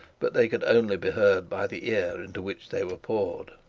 but they could only be heard by the ear into which they were poured.